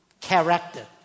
Character